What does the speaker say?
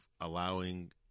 allowing